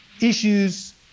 issues